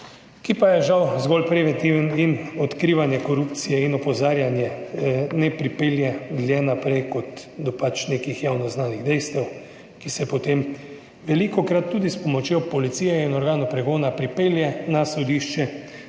ki pa je žal zgolj preventiven in odkrivanje korupcije in opozarjanje ne pripelje dlje naprej, kot do pač nekih javno znanih dejstev, ki se potem velikokrat tudi s pomočjo policije in organov pregona pripelje na sodišče,